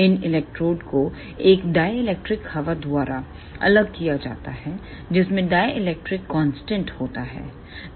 इन इलेक्ट्रोडों को एक डाई इलेक्ट्रिकहवा द्वारा अलग किया जाता है जिसमें डाई इलेक्ट्रिक कांस्टेंट होता है